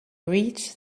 reached